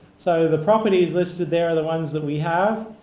so the properties listed there are the ones that we have.